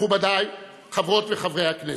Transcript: מכובדיי, חברות וחברי הכנסת,